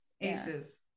aces